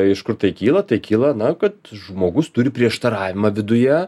iš kur tai kyla tai kyla na kad žmogus turi prieštaravimą viduje